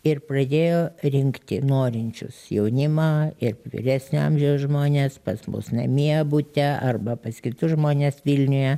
ir pradėjo rinkti norinčius jaunimą ir vyresnio amžiaus žmones pas mus namie bute arba pas kitus žmones vilniuje